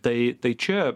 tai tai čia